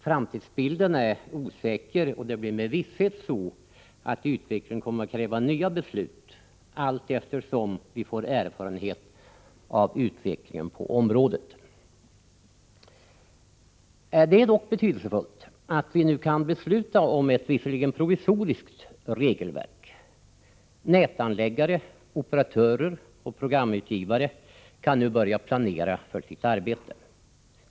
Framtidsbilden är osäker, och det blir med visshet så att utvecklingen kommer att kräva nya beslut allteftersom vi får erfarenhet av dess inverkan på området. Det är dock betydelsefullt att vi nu kan besluta om ett regelverk, om än ett provisoriskt sådant. Nätanläggare, operatörer och programutgivare kan nu börja planera för sitt arbete.